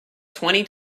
twenty